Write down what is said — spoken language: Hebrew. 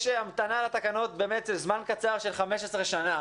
יש המתנה לתקנות זמן קצר של 15 שנה,